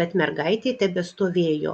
bet mergaitė tebestovėjo